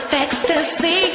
ecstasy